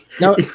no